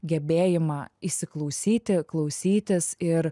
gebėjimą įsiklausyti klausytis ir